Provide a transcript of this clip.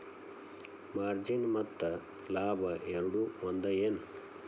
margin ಮತ್ತ ಲಾಭ ಎರಡೂ ಒಂದ ಏನ್